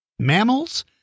Mammals